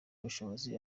ubushobozi